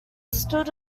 stood